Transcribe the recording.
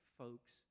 folks